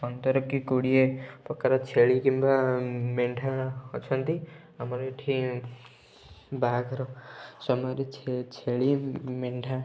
ପନ୍ଦର କି କୋଡ଼ିଏ ପ୍ରକାର ଛେଳି କିମ୍ବା ମେଣ୍ଢା ଅଛନ୍ତି ଆମର ଏଇଠି ବାହାଘର ସମୟରେ ଛେଳି ମେଣ୍ଢା